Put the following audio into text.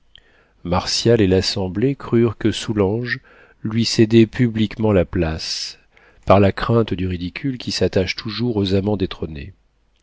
et l'assemblée crurent que soulanges lui cédait publiquement la place par la crainte du ridicule qui s'attache toujours aux amants détrônés